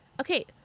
Okay